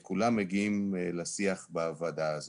כולם מגיעים לשיח בוועדה הזאת.